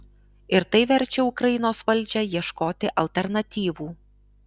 ir tai verčia ukrainos valdžią ieškoti alternatyvų